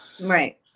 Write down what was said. Right